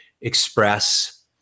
express